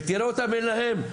ותראה אותם אין להם,